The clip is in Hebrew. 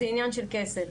זה עניין של כסף.